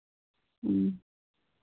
ᱦᱮᱸ